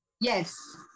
Yes